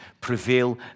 prevail